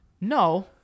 No